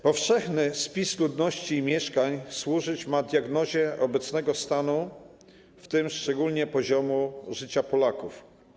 Powszechny spis ludności i mieszkań ma służyć diagnozie obecnego stanu, w tym szczególnie poziomu życia Polaków.